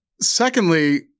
Secondly